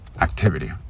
activity